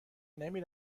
نمی